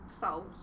false